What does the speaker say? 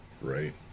Right